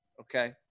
Okay